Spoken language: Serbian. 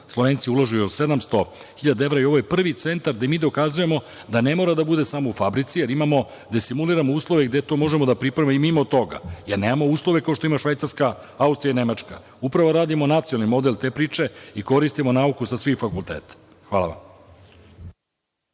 Slovenci ulažu 700.000 evra i ovo je prvi centar gde mi dokazujemo da ne mora da bude samo u fabrici, ali imamo da simuliramo uslove gde to možemo da pripremimo mimo toga, jer nemamo uslove kao što ima Švajcarska, Austrija i Nemačka. Upravo radimo nacionalni model te priče i koristimo nauku sa svih fakulteta. Hvala vam.